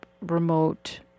remote